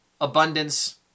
abundance